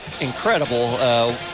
incredible